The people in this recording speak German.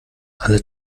alle